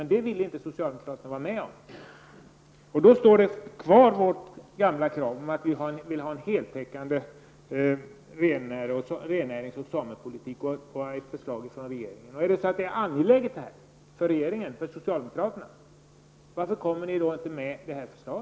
Men det ville inte socialdemokraterna vara med om. Då kvarstår vårt gamla krav om en heltäckande rennäring och samepolitik och att regeringen skall komma med förslag. Om denna fråga är angelägen för regeringen och socialdemokraterna, varför kommer ni inte med ett förslag?